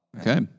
Okay